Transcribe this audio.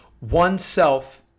oneself